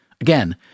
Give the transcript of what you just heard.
Again